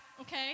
okay